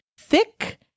thick